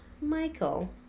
Michael